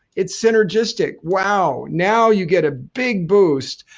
it's synergistic. wow. now you get a big boost,